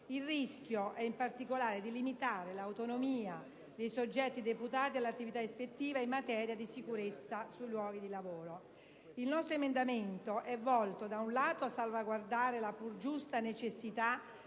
Il rischio è in particolare di limitare l'autonomia dei soggetti deputati all'attività ispettiva in materia di sicurezza sui luoghi di lavoro. L'emendamento 2.2, da noi presentato, è volto da un lato a salvaguardare la pur giusta necessità